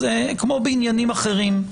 כמו בעניינים אחרים,